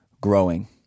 growing